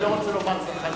כי אני לא רוצה לומר זחאלקה,